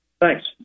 thanks